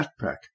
backpack